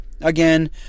Again